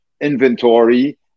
inventory